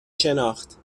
شناخت